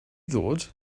ddod